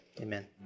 Amen